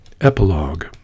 Epilogue